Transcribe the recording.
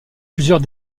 plusieurs